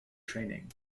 training